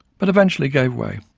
but eventually gave way.